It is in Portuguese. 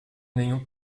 nenhum